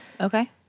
Okay